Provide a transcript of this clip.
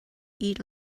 eat